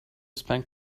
spend